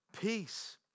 peace